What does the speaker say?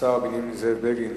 השר בנימין זאב בגין,